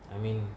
I mean